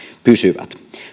pysyvät